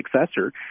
successor